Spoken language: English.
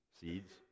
seeds